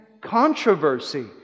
controversy